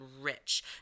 rich